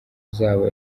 zabo